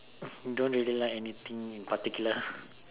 don't really like anything in particular